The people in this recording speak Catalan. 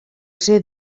ser